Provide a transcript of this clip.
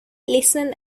listen